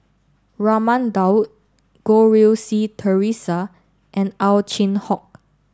Raman Daud Goh Rui Si Theresa and Ow Chin Hock